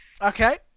Okay